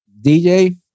DJ